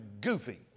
goofy